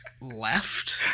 left